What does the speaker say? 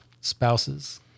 spouses